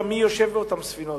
גם מי יושב באותן ספינות: